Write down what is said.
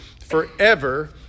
forever